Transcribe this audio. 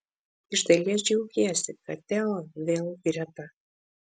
iš dalies džiaugiesi kad teo vėl greta